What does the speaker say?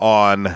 on